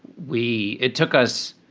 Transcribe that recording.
we it took us.